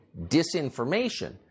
disinformation